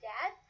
Dad